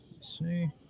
see